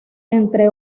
entre